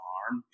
arm